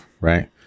right